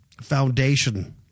foundation